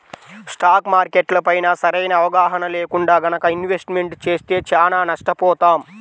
stock మార్కెట్లపైన సరైన అవగాహన లేకుండా గనక ఇన్వెస్ట్మెంట్ చేస్తే చానా నష్టపోతాం